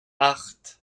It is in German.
acht